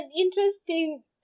interesting